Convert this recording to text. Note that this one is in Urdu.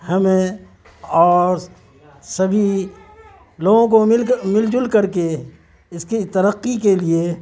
ہمیں اور سبھی لوگوں کو مل مل جل کر کے اس کی ترقی کے لیے